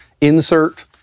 insert